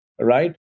Right